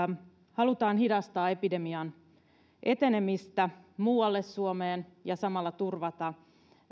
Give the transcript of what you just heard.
halutaan hidastaa epidemian etenemistä muualle suomeen ja samalla turvata